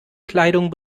kleidung